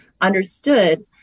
understood